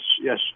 yes